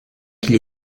qu’il